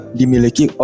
dimiliki